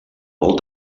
molt